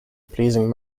pleasing